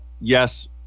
yes